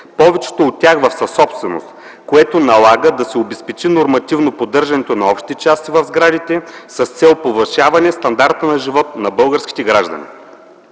повечето от тях в съсобственост, което налага да се обезпечи нормативно поддържането на общи части в сградите с цел повишаване стандарта на живот на българските граждани.